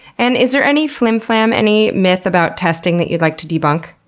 and is there any flimflam, any myth about testing that you'd like to debunk?